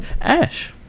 Ash